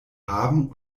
haben